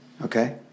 Okay